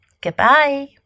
goodbye